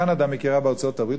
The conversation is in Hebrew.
קנדה מכירה בארצות-הברית,